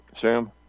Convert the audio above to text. Sam